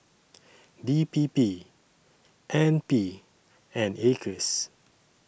D P P N P and Acres